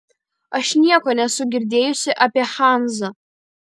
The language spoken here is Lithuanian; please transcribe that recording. aš nieko nesu girdėjusi apie hanzą